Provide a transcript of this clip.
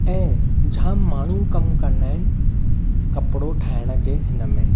ऐं जाम माण्हू कम कंदा आहिनि कपिड़ो ठाहिण जे हिन में